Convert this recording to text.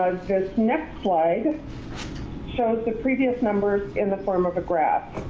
um so so next slide shows the previous numbers in the form of a graph.